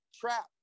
trap